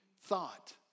thought